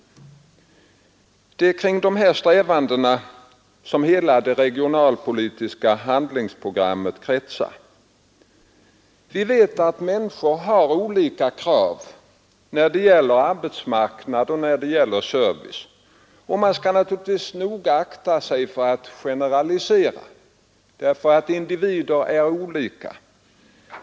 Det är kring dessa strävanden som hela det regionalpolitiska programmet kretsar. Vi vet att människor har olika krav när det gäller arbetsmarknad och när det gäller service. Man skall naturligtvis noga akta sig för att generalisera — individer är olika.